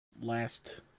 last